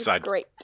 great